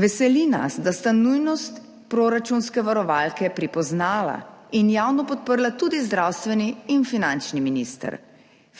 Veseli nas, da sta nujnost proračunske varovalke pripoznala in javno podprla tudi zdravstveni in finančni minister.